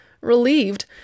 relieved